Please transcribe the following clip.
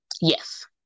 Yes